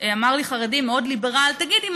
אמר לי חרדי מאוד ליברלי: תגידי,